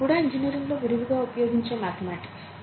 అది కూడా ఇంజనీరింగ్లో విరివిగా ఉపయోగించే మాథెమాటిక్స్